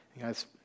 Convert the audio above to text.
Guys